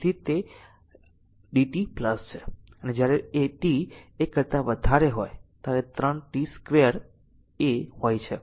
તેથી તેથી જ તે માં એક dt છે અને જ્યારે t એક કરતા વધારે હોય ત્યારે તે 3 t 2 a હોય છે